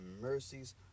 mercies